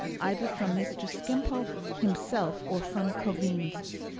either from mr. skimpole himself or from coavinses,